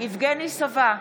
יבגני סובה,